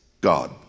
God